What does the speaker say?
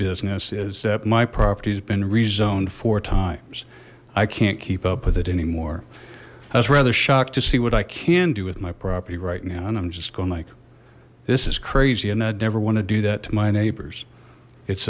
business is that my property's been rezone four times i can't keep up with it anymore i was rather shocked to see what i can do with my property right now and i'm just gonna like this is crazy and i'd never want to do that to my neighbors it's